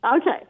Okay